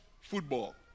football